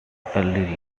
early